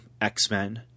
X-Men